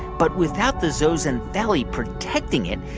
but without the zooxanthellae protecting it,